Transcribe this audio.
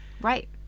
Right